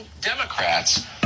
Democrats